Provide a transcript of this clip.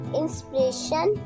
inspiration